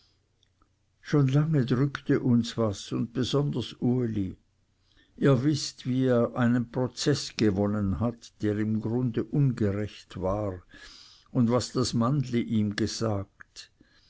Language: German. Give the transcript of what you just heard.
schon lange drückte uns was und besonders uli ihr wißt wie er einen prozeß gewonnen der im gründe ungerecht war und was das mannli ihm gesagt